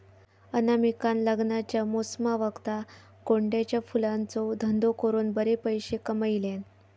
अनामिकान लग्नाच्या मोसमावक्ता गोंड्याच्या फुलांचो धंदो करून बरे पैशे कमयल्यान